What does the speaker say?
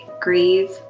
grieve